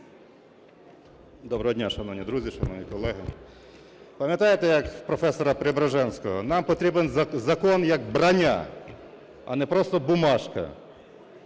Доброго дня, шановні друзі, шановні колеги! Пам'ятаєте, як у професора Преображенського: "нам потрібен закон, як броня, а не просто бумажка".